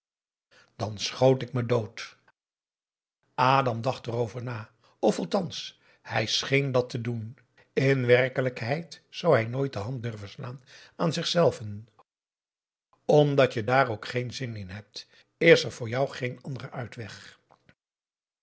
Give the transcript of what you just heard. dan schoot ik me dood adam dacht erover na of althans hij scheen dat te doen in werkelijkheid zou hij nooit de hand durven slaan aan zichzelven omdat je dààr ook geen zin in hebt is er voor jou geen andere uitweg